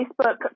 Facebook